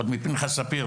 עוד ממיכה ספיר,